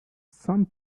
some